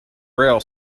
rail